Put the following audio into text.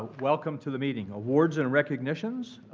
welcome to the meeting. awards and recognitions.